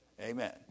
Amen